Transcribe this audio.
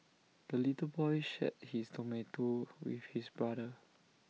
the little boy shared his tomato with his brother